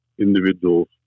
individuals